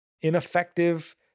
ineffective